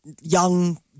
young